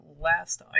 last